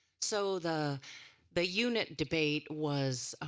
so the the unit debate was ah